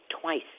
twice